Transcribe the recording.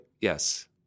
yes